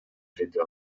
деди